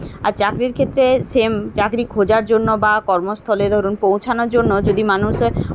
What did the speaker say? আর চাকরির ক্ষেত্রে সেম চাকরি খোঁজার জন্য বা কর্মস্থলে ধরুন পৌঁছানোর জন্য যদি মানুষে